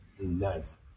nice